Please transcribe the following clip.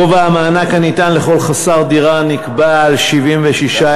גובה המענק הניתן לכל חסר דירה נקבע על 76,800